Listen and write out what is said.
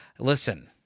Listen